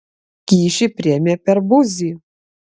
kyšį priėmė per buzį